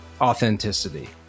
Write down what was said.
authenticity